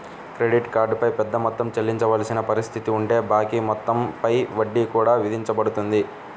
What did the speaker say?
credit card పై పెద్ద మొత్తం చెల్లించవలసిన పరిస్థితి ఉంటే బాకీ మొత్తం పై వడ్డీ కూడా విధించబడుతుంది